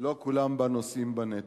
לא כולם בה נושאים בנטל.